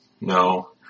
no